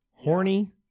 Horny